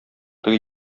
теге